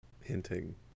hinting